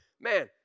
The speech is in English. Man